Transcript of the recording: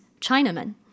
Chinaman